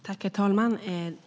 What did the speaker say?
Herr talman!